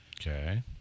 Okay